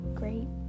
great